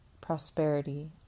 Prosperity